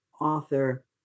author